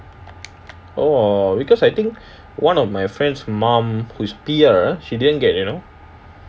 oh because I think one of my friend's mom who is P_R she didn't get you know